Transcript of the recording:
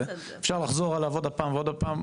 אפשר לחזור על מבצע הדרכונים עוד הפעם ועוד הפעם,